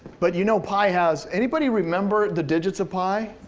but you know pi has, anybody remember the digits of pi,